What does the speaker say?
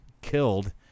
killed